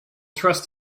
trust